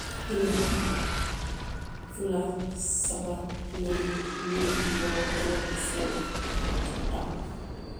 Kiliŋ, fula, saba, naani, luulu, woro, worowula, seeyi, kononto, taŋ.